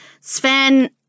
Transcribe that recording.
Sven